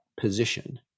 position